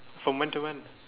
from when to when